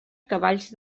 cavalls